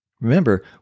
Remember